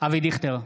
אבי דיכטר,